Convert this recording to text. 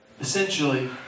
Essentially